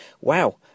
Wow